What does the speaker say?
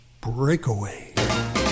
Breakaway